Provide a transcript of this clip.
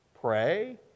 Pray